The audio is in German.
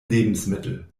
lebensmittel